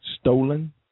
stolen